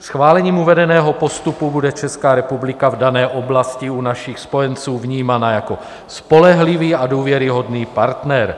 Schválením uvedeného postupu bude Česká republika v dané oblasti u našich spojenců vnímána jako spolehlivý a důvěryhodný partner.